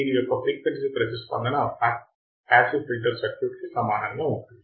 దీని యొక్క ఫ్రీక్వెన్సీ ప్రతిస్పందన పాసివ్ ఫిల్టర్ సర్క్యూట్ కి సమానంగా ఉంటుంది